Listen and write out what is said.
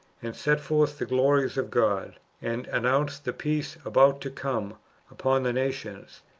and set forth the glories of god, and announced the peace about to come upon the nations,